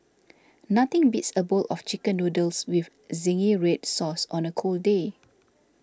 nothing beats a bowl of Chicken Noodles with Zingy Red Sauce on a cold day